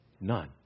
None